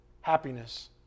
happiness